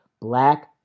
Black